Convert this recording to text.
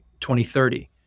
2030